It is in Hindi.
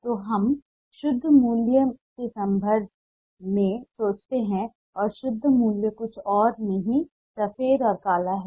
तो हम शुद्ध मूल्य के संदर्भ में सोचते हैं और शुद्ध मूल्य कुछ और नहीं सफेद और काला है